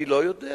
אני לא יודע.